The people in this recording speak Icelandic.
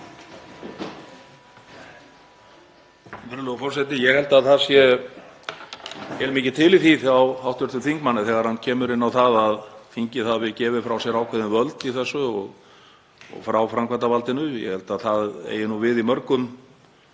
Ég held að það sé heilmikið til í því hjá hv. þingmanni þegar hann kemur inn á það að þingið hafi gefið frá sér ákveðin völd í þessu og frá framkvæmdarvaldinu. Ég held að það eigi við í mörgum